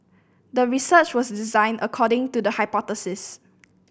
the research was designed according to the hypothesis